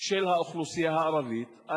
של האוכלוסייה הערבית,